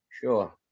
Sure